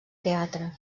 teatre